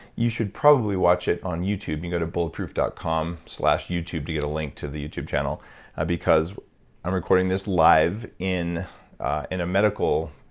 you should probably watch it on youtube. you can go to bulletproof dot com slash youtube to get a link to the youtube channel because i'm recording this live in in a medical.